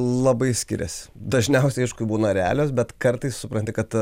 labai skiriasi dažniausiai aišku būna realios bet kartais supranti kad